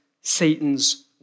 Satan's